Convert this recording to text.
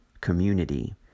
community